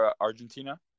Argentina